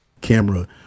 camera